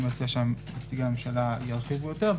אני מציע שנציגי הממשלה ירחיבו יותר.